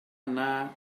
anar